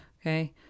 Okay